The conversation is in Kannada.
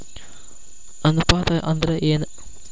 ಅನುಪಾತ ಅಂದ್ರ ಏನ್?